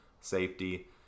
safety